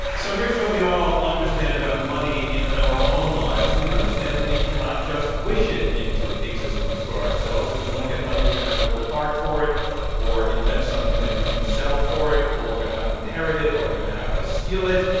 so here is what we all understand about money in our own lives. we understand that we cannot just wish it into existence for ourselves. if we want to get money, we're going to have to work ha rd for it or invent something that we can sell for it or we're going to have to inherit it or we're going to have to steal it.